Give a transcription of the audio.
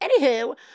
Anywho